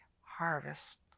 harvest